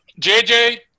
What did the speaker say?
JJ